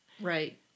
Right